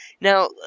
Now